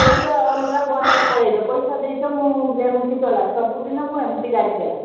ପଇସା ଅଲଗା ବସ୍ରେ ପଳାଇ ଯାଅ ପଇସା ଦେଇଛ ମୁଁ ଏମିତି ଚଲାଏ ସବୁଦିନେ ମୁଁ ଏମିତି ଗାଡ଼ି ଚଲାଏ